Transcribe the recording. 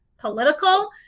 political